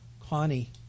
Connie